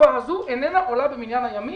התקופה הזאת איננה עולה במניין הימים.